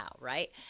Right